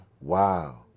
Wow